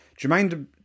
Jermaine